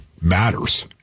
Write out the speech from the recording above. matters